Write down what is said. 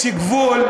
יש גבול,